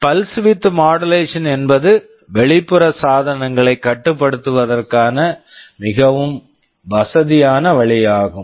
pulse width modulation Pulse Width Modulation என்பது வெளிப்புற சாதனங்களைக் கட்டுப்படுத்துவதற்கான மிகவும் வசதியான வழியாகும்